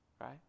right